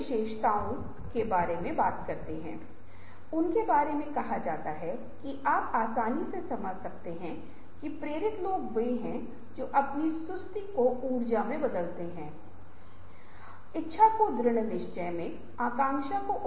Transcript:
और कर्मचारियों के बीच या उन लोगों के बीच जो रचनात्मक हैं और वे लोग जो रचनात्मकता में उच्च हैं और शीर्ष प्रबंधन है एक खराब संचार है